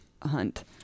hunt